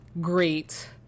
great